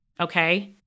okay